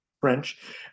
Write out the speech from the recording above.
French